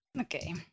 Okay